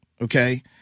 okay